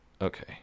Okay